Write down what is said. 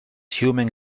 human